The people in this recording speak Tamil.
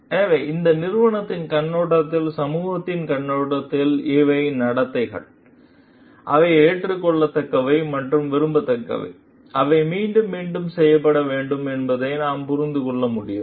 எனவே இந்த நிறுவனத்தின் கண்ணோட்டத்தில் சமூகத்தின் கண்ணோட்டத்தில் இவை நடத்தைகள் அவை ஏற்றுக்கொள்ளத்தக்கவை மற்றும் விரும்பத்தக்கவை அவை மீண்டும் மீண்டும் செய்யப்பட வேண்டும் என்பதை நாம் புரிந்து கொள்ள முடியும்